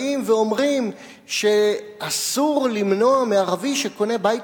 באים ואומרים שאסור למנוע מערבי שקונה בית